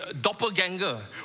doppelganger